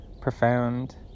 profound